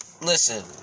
Listen